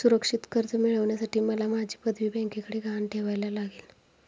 सुरक्षित कर्ज मिळवण्यासाठी मला माझी पदवी बँकेकडे गहाण ठेवायला लागेल